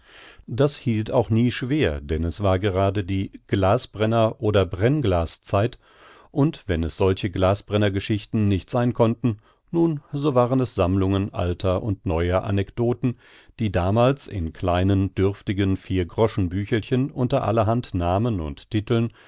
das hielt auch nie schwer denn es war gerade die glaßbrenner oder brennglas zeit und wenn es solche glaßbrenner geschichten nicht sein konnten nun so waren es sammlungen alter und neuer anekdoten die damals in kleinen dürftigen viergroschen büchelchen unter allerhand namen und titeln